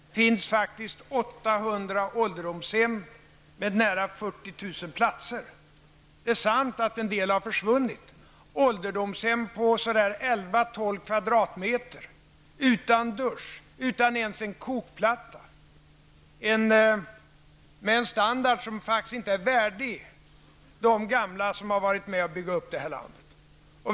Det finns faktiskt 800 ålderdomshem med närmare 40 000 platser. Detta är sant att en del har försvunnit: ålderdomshem på så där 11--12 kvadratmeter utan dusch, utan ens en kokplatta och med en standard som inte är värdig de gamla som har varit med och byggt upp det här landet.